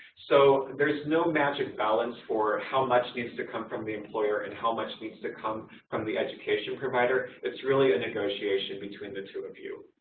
so there's no magic balance for how much needs to come from the employer and how much needs to come from the education provider. it's really a negotiation between the two of you.